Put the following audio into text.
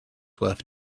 worth